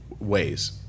ways